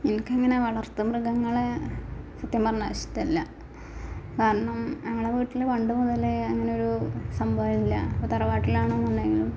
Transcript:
എനിക്കങ്ങനെ വളര്ത്ത് മൃഗങ്ങളെ സത്യം പറഞ്ഞാല് ഇഷ്ടമല്ല കാരണം ഞങ്ങളുടെ വീട്ടില് പണ്ടുമുതലേ അങ്ങനൊരു സംഭവവില്ല തറവാട്ടിലാണെന്നുണ്ടെങ്കിലും